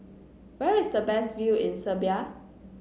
where is the best view in Serbia